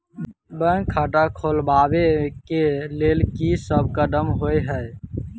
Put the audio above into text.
Bank खाता खोलबाबै केँ लेल की सब कदम होइ हय?